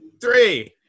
three